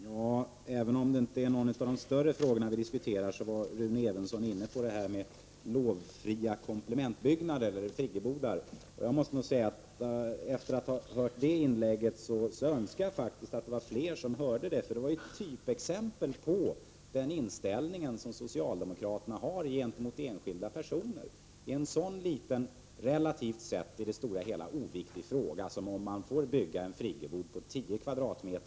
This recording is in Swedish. Herr talman! Vi diskuterar nu inte någon av de större frågorna, men jag vill ändå beröra det Rune Evensson sade om byggnadslovsfria komplementbyggnader eller friggebodar. Jag skulle önska att fler hade hört detta inlägg av Rune Evensson. Det var ju ett typexempel på den inställning som socialdemokraterna har gentemot enskilda personer. I den relativt lilla och oviktiga frågan om man skall få bygga en friggebod på 10 m?